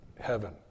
heaven